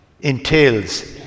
entails